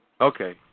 Okay